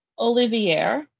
Olivier